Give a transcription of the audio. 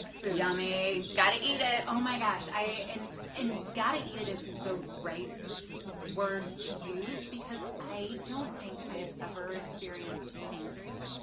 yummy gotta eat ah it. oh my gosh and and gotta eat it is the right words to use because i don't think i've ever experienced hangry,